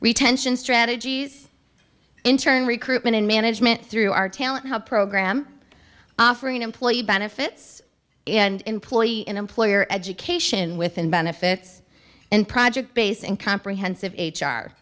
retention strategies in turn recruitment and management through our talent health program offering employee benefits and employee employer education within benefits and project base and comprehensive h